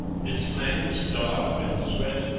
his flanks dark with sweat,